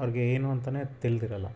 ಅವ್ರಿಗೆ ಏನು ಅಂತನೇ ತಿಳ್ದಿರಲ್ಲ